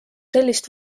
sellist